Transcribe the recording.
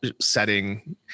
setting